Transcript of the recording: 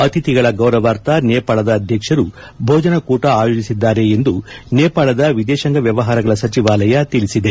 ಅಥಿತಿಗಳ ಗೌರವಾರ್ಥ ನೇಪಾಳ ಅಧ್ಯಕ್ಷರು ಭೋಜನ ಕೂಟ ಆಯೋಜಿಸಿದ್ದಾರೆ ಎಂದು ನೇಪಾಳದ ವಿದೇಶಾಂಗ ವ್ಯವಹಾರಗಳ ಸಚಿವಾಲಯ ತಿಳಿಸಿದೆ